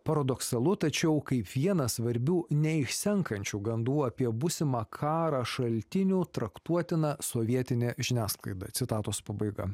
paradoksalu tačiau kaip vieną svarbių neišsenkančių gandų apie būsimą karą šaltinių traktuotina sovietinė žiniasklaida citatos pabaiga